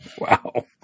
Wow